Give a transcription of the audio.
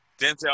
Denzel